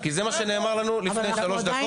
זה מה שנאמר לנו לפני שלוש דקות.